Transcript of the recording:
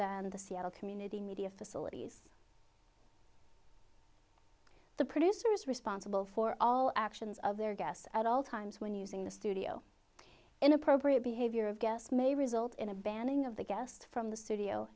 than the seattle community media facilities the producer is responsible for all actions of their guests at all times when using the studio inappropriate behavior of guests may result in a banning of the guest from the studio